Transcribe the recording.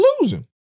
losing